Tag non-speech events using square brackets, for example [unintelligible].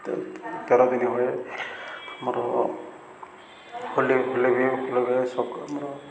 [unintelligible] ତେର ଦିନ ହୁଏ ଆମର ହୋଲି ହୋଲି ବି [unintelligible] ଆମର